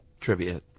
trivia